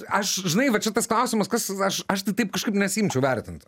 aš žinai va čia tas klausimas kas aš aš tai taip kažkaip nesiimčiau vertinti